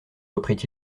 reprit